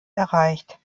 erreicht